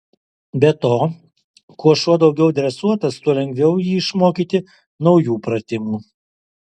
be to kuo šuo daugiau dresuotas tuo lengviau jį išmokyti naujų pratimų